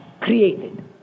created